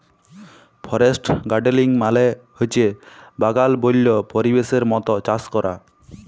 forest গাড়েলিং মালে হছে বাগাল বল্য পরিবেশের মত চাষ ক্যরা